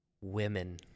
Women